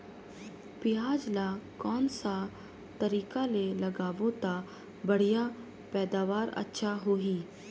पियाज ला कोन सा तरीका ले लगाबो ता बढ़िया पैदावार अच्छा होही?